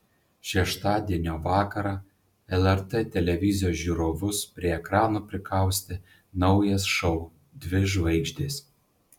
šeštadienio vakarą lrt televizijos žiūrovus prie ekranų prikaustė naujas šou dvi žvaigždės